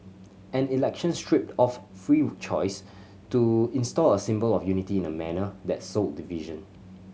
an election stripped of free choice to install a symbol of unity in a manner that sowed division